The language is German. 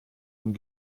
von